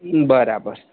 બરાબર